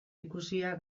ikusia